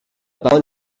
parole